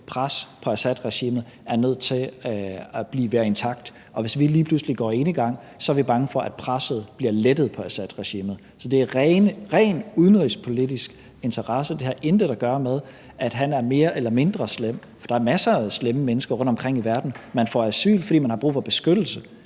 pres på Assadregimet er nødt til at være intakt, og hvis vi lige pludselig går enegang, så er vi bange for, at presset bliver lettet på Assadregimet. Så det er en rent udenrigspolitisk interesse. Det har intet at gøre med, at han er mere eller mindre slem, for der er masser af slemme mennesker rundtomkring i verden. Man får asyl, fordi man har brug for beskyttelse,